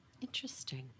Interesting